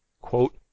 quote